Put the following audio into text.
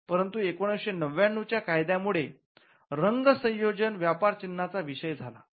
परंतु १९९९ च्या कायद्यामुळे रंग संयोजन व्यापार चिन्हाचा विषय झाला